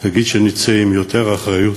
נגיד שנצא עם יותר אחריות,